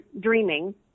dreaming